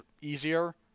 easier